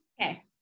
okay